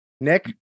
Nick